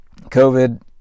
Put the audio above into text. COVID